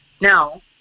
Now